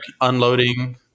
unloading